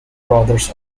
brothers